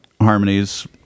harmonies